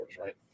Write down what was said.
right